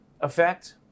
effect